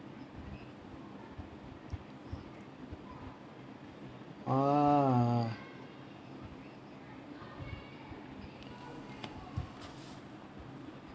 ah